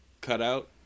cutout